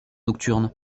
nocturne